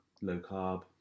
low-carb